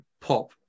pop